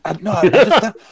No